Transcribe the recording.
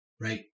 Right